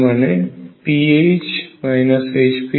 তার মানে p H Hp 0